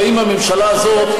הרי אם הממשלה הזאת,